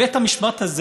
בית המשפט הזה,